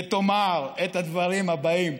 ותאמר את הדברים הבאים: